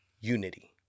unity